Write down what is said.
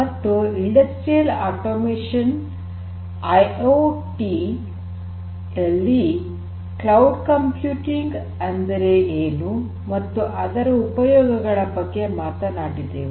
ಮತ್ತು industrial automation IIoT ಯಲ್ಲಿ cloud computing ಅಂದರೆ ಏನು ಮತ್ತು ಅದರ ಉಪಯೋಗಗಳ ಬಗ್ಗೆ ಮಾತನಾಡಿದೆವು